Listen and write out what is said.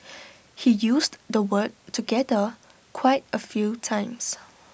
he used the word together quite A few times